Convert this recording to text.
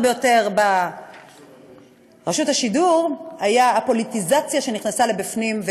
ביותר ברשות השידור היה הפוליטיזציה שנכנסה פנימה,